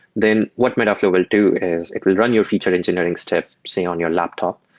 then what metaflow will do is it will run your feature engineering step, say, on your laptop.